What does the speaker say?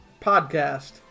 podcast